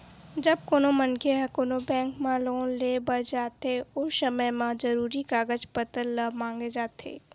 जब कोनो मनखे ह कोनो बेंक म लोन लेय बर जाथे ओ समे म जरुरी कागज पत्तर ल मांगे जाथे